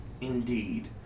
indeed